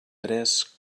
tres